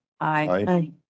Aye